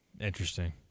Interesting